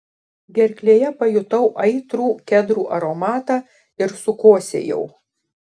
gerklėje pajutau aitrų kedrų aromatą ir sukosėjau